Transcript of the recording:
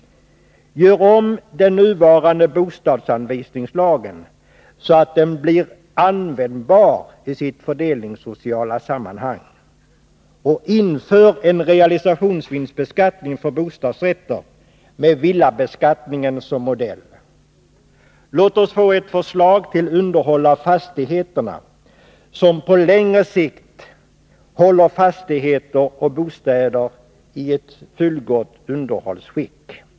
Gör om den nuvarande bostadsanvisningslagen så att den blir användbar i sitt fördelningssociala sammanhang. Inför en realisationsvinstbeskattning för bostadsrätter med villabeskattningen som modell. Låt oss få ett förslag till underhåll av fastigheterna som på längre sikt håller fastigheter och bostäder i ett fullgott underhållsskick.